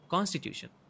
Constitution